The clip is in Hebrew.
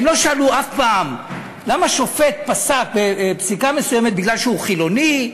הם לא שאלו אף פעם למה שופט פסק פסיקה מסוימת כי הוא חילוני,